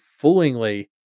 foolingly